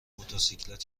موتورسیکلت